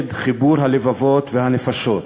נגד חיבור הלבבות והנפשות.